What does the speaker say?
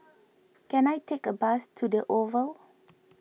can I take a bus to the Oval